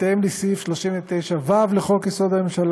בהתאם לסעיף 39(1) לחוק-יסוד: הממשלה,